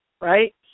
right